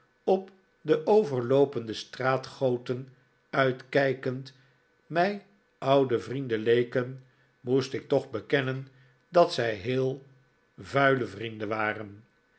op de overloopende straatgoten uitkijkend mij oude vrienden leken moest ik toch bekennen dat zij heel vuile vrienden waren